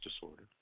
disorder